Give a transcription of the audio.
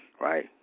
right